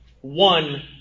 one